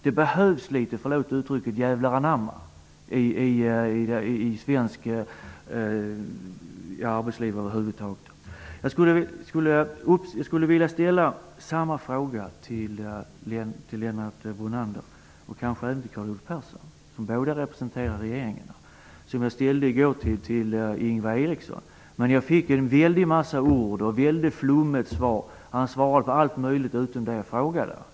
Det behövs -- förlåt uttrycket -- litet jävlar anamma i arbetslivet över huvud taget. Jag skulle vilja ställa samma fråga till Lennart Brunander och kanske också till Carl Olov Persson -- båda representerar ju regeringen -- som den fråga som jag i går ställde till Ingvar Eriksson. I går fick jag ett väldigt flummigt svar. Det blev bara en massa ord. Ingvar Erikssons svar gällde allt möjligt, men inte det jag frågade om.